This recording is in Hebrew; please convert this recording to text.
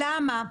למה?